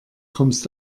kommst